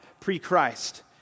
pre-Christ